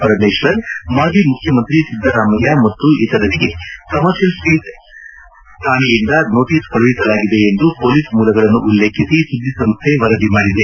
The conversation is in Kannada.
ಪರಮೇಶ್ವರ್ ಮಾಜಿ ಮುಖ್ಯಮಂತ್ರಿ ಸಿದ್ದರಾಮಯ್ಯ ಮತ್ತು ಇತರರಿಗೆ ಕಮರ್ಷಿಯಲ್ ರಸ್ತೆ ಕಾಣೆಯಿಂದ ನೋಟೀಸ್ ಕಳುಹಿಸಲಾಗಿದೆ ಎಂದು ಪೊಲೀಸ್ ಮೂಲಗಳನ್ನು ಉಲ್ಲೇಖಿಸಿ ಸುದ್ದಿಸಂಸ್ಥೆ ವರದಿ ಮಾಡಿದೆ